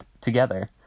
together